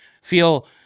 feel